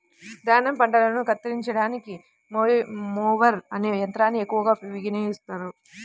ధాన్యం పంటలను కత్తిరించడానికి మొవర్ అనే యంత్రాన్ని ఎక్కువగా వినియోగిస్తారు